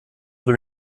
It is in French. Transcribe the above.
deux